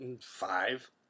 Five